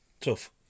Tough